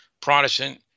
Protestant